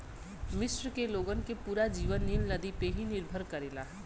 मिस्र के लोगन के पूरा जीवन नील नदी पे ही निर्भर करेला